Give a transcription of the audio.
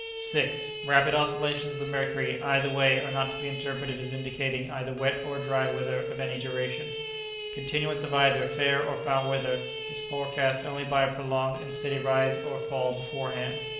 six. rapid oscillations of the mercury either way are not to be interpreted as indicating either wet or dry weather of any duration continuance of either fair or foul weather is forecast only by a prolonged and steady rise or fall beforehand.